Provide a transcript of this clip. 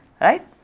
right